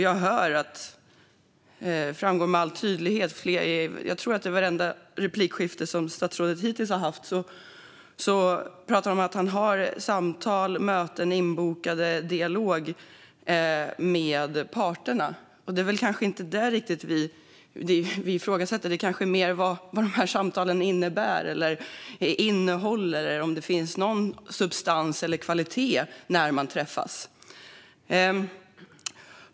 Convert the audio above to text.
Jag tror att statsrådet i vartenda replikskifte hittills har pratat om att han har samtal, möten och dialog inbokade med parterna. Det är kanske inte riktigt detta som vi ifrågasätter utan snarare vad dessa samtal innebär eller innehåller och om det finns någon substans eller kvalitet när man träffas.